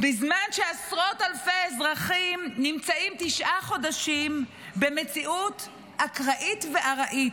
בזמן שעשרות אלפי אזרחים נמצאים תשעה חודשים במציאות אקראית וארעית,